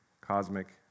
cosmic